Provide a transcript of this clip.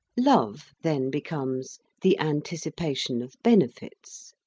love then becomes the an ticipation of benefits.